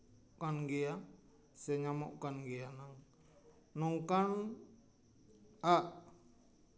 ᱠᱟᱱ ᱜᱮᱭᱟ ᱥᱮ ᱧᱟᱢᱚᱜ ᱠᱟᱱ ᱜᱮᱭᱟ ᱱᱚᱝᱠᱟᱱᱼᱟᱜ